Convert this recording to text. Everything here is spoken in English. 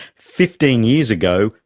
fifteen years ago,